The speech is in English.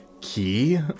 Key